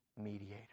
mediator